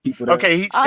okay